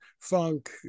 funk